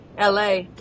LA